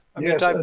Yes